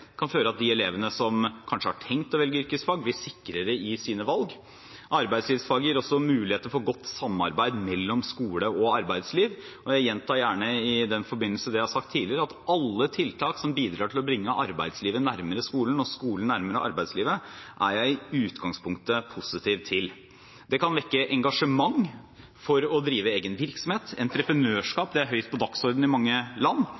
kan føre til at de elevene som kanskje har tenkt å velge yrkesfag, blir sikrere i sine valg. Arbeidslivsfag gir også muligheter for godt samarbeid mellom skole og arbeidsliv, og jeg gjentar gjerne i den forbindelse det jeg har sagt tidligere, at alle tiltak som bidrar til å bringe arbeidslivet nærmere skolen og skolen nærmere arbeidslivet, er jeg i utgangspunktet positiv til. Det kan vekke engasjement for å drive egen virksomhet. Entreprenørskap er høyt oppe på dagsordenen i mange land.